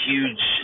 Huge